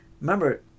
Remember